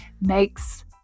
makes